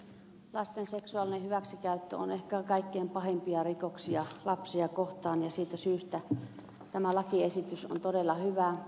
lasten seksuaalinen hyväksikäyttö on ehkä kaikkein pahimpia rikoksia lapsia kohtaan ja siitä syystä tämä lakiesitys on todella hyvä